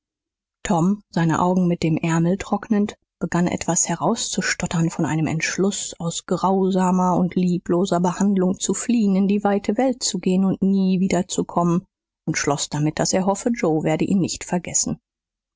tom seine augen mit dem ärmel trocknend begann etwas herauszustottern von einem entschluß aus grausamer und liebloser behandlung zu fliehen in die weite welt zu gehen und nie wiederzukommen und schloß damit daß er hoffe joe werde ihn nicht vergessen